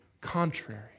contrary